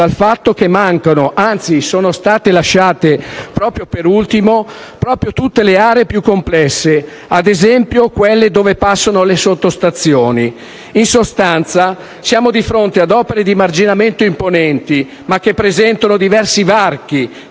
dal fatto che mancano (anzi, sono state lasciate per ultime) proprio tutte le aree più complesse, ad esempio quelle dove passano le sottostazioni. In sostanza, siamo di fronte ad opere di marginamento imponenti ma che presentano diversi varchi